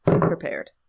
prepared